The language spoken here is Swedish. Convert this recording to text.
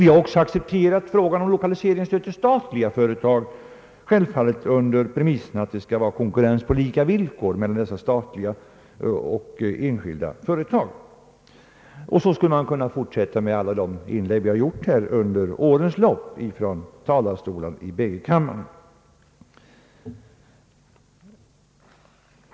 Vi har också accepterat frågan om lokaliseringsstöd till statliga företag, självfallet under premissen att det skall vara konkurrens på lika villkor mellan statliga företag och enskilda företag. På så sätt skulle man kunna fortsätta med alla de inlägg vi har gjort här under årens lopp från talarstolarna i båda kamrarna.